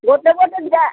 ଗୋଟେ ଗୋଟେ ଯା